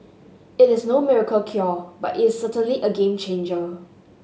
it is no miracle cure but its certainly a game changer